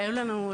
היו לנו שיחות,